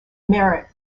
merritt